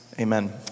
Amen